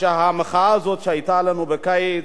שהמחאה הזאת שהיתה לנו בקיץ,